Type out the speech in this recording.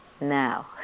Now